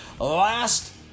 last